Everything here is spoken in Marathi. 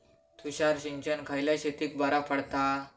तुषार सिंचन खयल्या शेतीक बरा पडता?